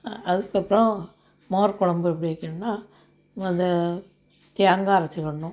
அதுக்கப்புறோம் மோர் குழம்பு எப்படி வைக்கிணுன்னா மொதல தேங்காய் அரைச்சிக்கிடுணும்